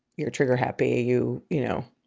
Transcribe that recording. you're trigger happy. you you know,